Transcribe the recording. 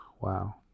Wow